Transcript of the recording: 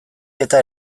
eta